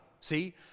see